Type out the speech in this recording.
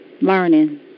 learning